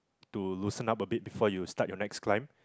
to loosen up a bit before you start your next climb